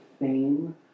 fame